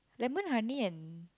lemon honey and